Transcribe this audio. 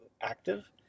active